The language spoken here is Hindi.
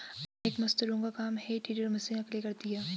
अनेक मजदूरों का काम हे टेडर मशीन अकेले करती है